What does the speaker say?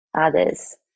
others